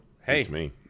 hey